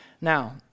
Now